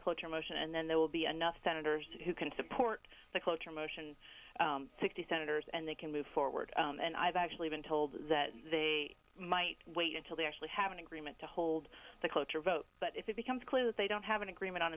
a cloture motion and then there will be enough senators who can support the cloture motion sixty senators and they can move forward and i've actually been told that they might wait until they actually have an agreement to hold the cloture vote but if it becomes clear that they don't have an agreement on